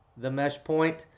TheMeshPoint